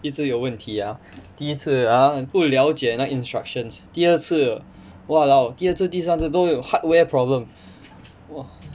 一直有问题啊第一次啊不了解那 instructions 第二次 !walao! 第二次第三次都有 hardware problem !wah!